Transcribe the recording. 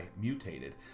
mutated